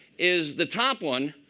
is the top one,